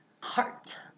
heart